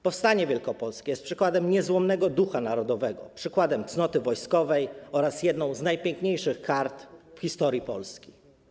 Powstanie wielkopolskie jest przykładem niezłomnego ducha narodowego, przykładem cnoty wojskowej oraz jedną z najpiękniejszych kart w historii Polski.